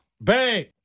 Bang